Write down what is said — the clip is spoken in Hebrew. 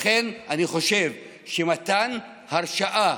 לכן אני חושב שמתן הרשאה